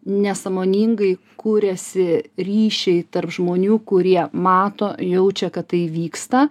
nesąmoningai kuriasi ryšiai tarp žmonių kurie mato jaučia kad tai vyksta